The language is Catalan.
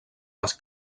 les